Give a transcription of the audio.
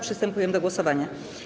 Przystępujemy do głosowania.